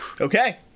Okay